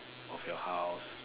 of your house